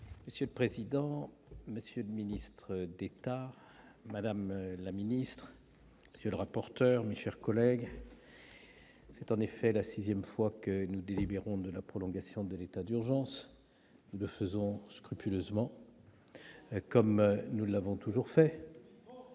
Monsieur le président, monsieur le ministre d'État, madame la ministre, monsieur le rapporteur, mes chers collègues, c'est en effet la sixième fois que nous délibérons sur la prolongation de l'état d'urgence. Nous le faisons scrupuleusement, comme nous l'avons toujours fait.